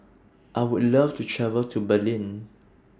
I Would like to travel to Berlin